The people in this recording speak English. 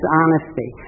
honesty